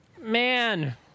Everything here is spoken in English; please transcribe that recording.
Man